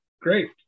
great